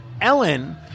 Ellen